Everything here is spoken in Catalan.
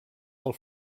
del